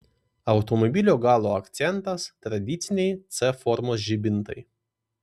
automobilio galo akcentas tradiciniai c formos žibintai